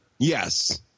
Yes